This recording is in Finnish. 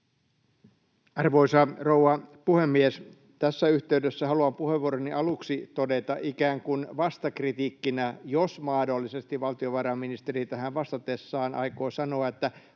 Arvoisa rouva puhemies! Tässä yhteydessä haluan puheenvuoroni aluksi todeta ikään kuin vastakritiikkinä, jos mahdollisesti valtiovarainministeri tähän vastatessaan aikoo sanoa, että